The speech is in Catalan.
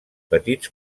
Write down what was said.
petits